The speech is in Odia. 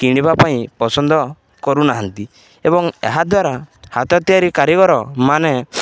କିଣିବା ପାଇଁ ପସନ୍ଦ କରୁନାହାନ୍ତି ଏବଂ ଏହାଦ୍ୱାରା ହାତ ତିଆରି କାରିଗର ମାନେ